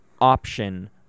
option